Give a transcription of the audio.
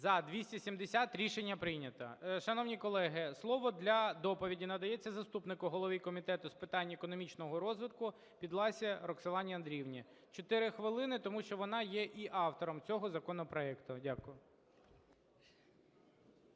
За – 270 Рішення прийнято. Шановні колеги, слово для доповіді надається заступнику голови Комітету з питань економічного розвитку Підласій Роксолані Андріївні. Чотири хвилини тому що вона є і автором цього законопроекту. Дякую.